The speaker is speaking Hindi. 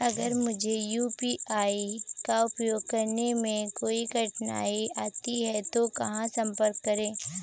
अगर मुझे यू.पी.आई का उपयोग करने में कोई कठिनाई आती है तो कहां संपर्क करें?